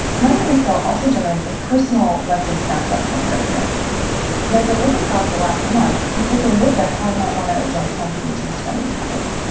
money in excel also generates a personal monthly snapshot for me right here. and as i look across the last month, i can take a look at how i might want to adjust my future spending habits.